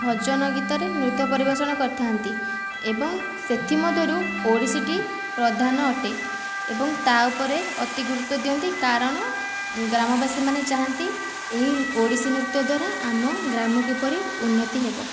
ଭଜନ ଗୀତରେ ନୃତ୍ୟ ପରିବେଷଣ କରିଥାନ୍ତି ଏବଂ ସେଥିମଧ୍ୟରୁ ଓଡ଼ିଶୀଟି ପ୍ରଧାନ ଅଟେ ଏବଂ ତା' ଉପରେ ଅତି ଗୁରୁତ୍ୱ ଦିଅନ୍ତି କାରଣ ଗ୍ରାମବାସୀମାନେ ଚାହାନ୍ତି ଏହି ଓଡ଼ିଶୀ ନୃତ୍ୟ ଦ୍ୱାରା ଆମ ଗ୍ରାମ କିପରି ଉନ୍ନତି ହେବ